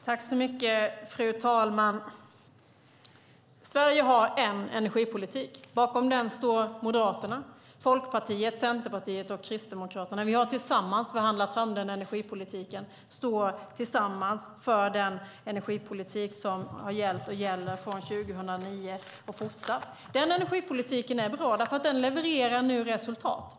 Fru talman! Sverige har en energipolitik. Bakom den står Moderaterna, Folkpartiet, Centerpartiet och Kristdemokraterna. Vi har tillsammans förhandlat fram den energipolitiken och står tillsammans för den energipolitik som har gällt och gäller från 2009 och fortsatt. Den energipolitiken är bra, för den levererar nu resultat.